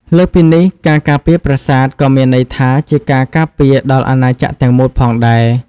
លើសពីនេះ ការការពារប្រាសាទក៏មានន័យថាជាការការពារដល់អាណាចក្រទាំងមូលផងដែរ។